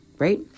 right